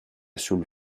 sul